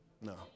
No